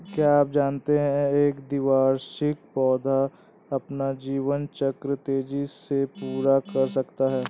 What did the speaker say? क्या आप जानते है एक द्विवार्षिक पौधा अपना जीवन चक्र तेजी से पूरा कर सकता है?